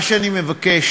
מה שאני מבקש,